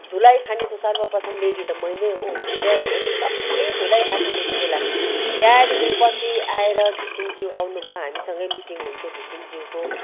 धुलाई खाने त सर्वप्रथम लेडी त मै नै हो हिरन हामी सपले धुलाई खाएको त्यतिबेला त्याँदेखि पछि आएर घिसिङज्यू आउनुभयो हामीसँगै मिटिङ हुन्थ्यो घिसिङज्यूको